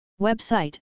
Website